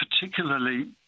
particularly